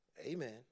Amen